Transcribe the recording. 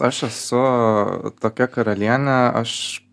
aš esu tokia karalienė aš